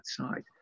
outside